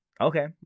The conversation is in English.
Okay